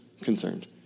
concerned